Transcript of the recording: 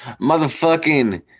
motherfucking